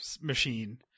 machine